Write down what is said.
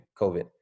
COVID